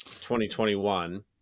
2021